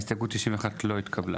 0 ההסתייגות לא התקבלה.